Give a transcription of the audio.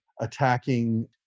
attacking